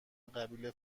قبیله